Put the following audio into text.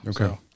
okay